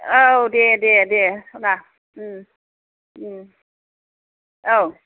औ दे दे सना औ